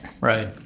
Right